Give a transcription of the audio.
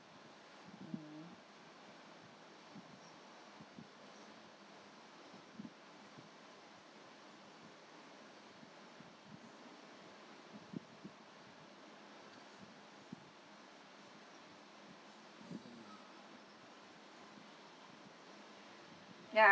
ya